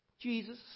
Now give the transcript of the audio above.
Jesus